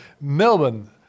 Melbourne